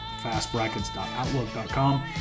fastbrackets.outlook.com